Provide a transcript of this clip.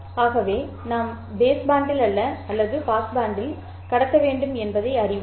ஆகவே நாம் பேஸ் பேண்டில் அல்ல பாஸ் பேண்டில் கடத்த வேண்டும் என்பதை அறிவோம்